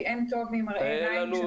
כי אין טוב ממראה עיניים.